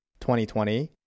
2020